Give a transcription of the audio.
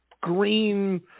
green